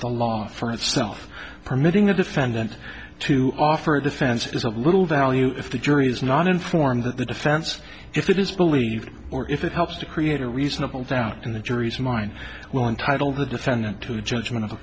the law for itself permitting a defendant to offer a defense is of little value if the jury is not informed the defense if it is believed or if it helps to create a reasonable doubt in the jury's mind will entitle the defendant to the judgment of a